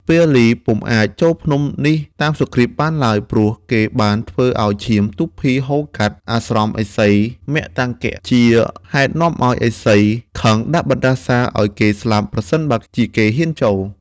ពាលីពុំអាច ចូលភ្នំនេះតាមសុគ្រីពបានឡើយ ព្រោះគេបានធ្វើឱ្យឈាមទូភីហូរកាត់អាស្រមឥសីមតង្គ ជា ហេតុនាំឱ្យឥសីខឹងដាក់បណ្តាសារឱ្យគេស្លាប់ បើសិនជាគេហ៊ានចូល។